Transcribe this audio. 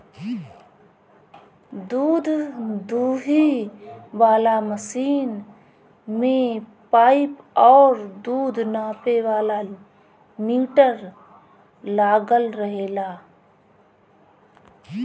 दूध दूहे वाला मशीन में पाइप और दूध नापे वाला मीटर लागल रहेला